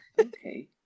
Okay